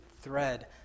thread